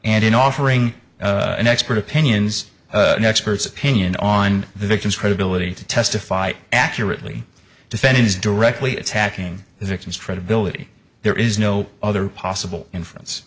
and in offering an expert opinions no expert opinion on the victim's credibility to testify accurately defendant is directly attacking the victim's credibility there is no other possible inference